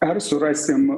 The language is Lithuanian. ar surasim